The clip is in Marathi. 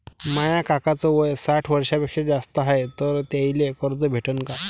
माया काकाच वय साठ वर्षांपेक्षा जास्त हाय तर त्याइले कर्ज भेटन का?